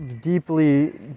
deeply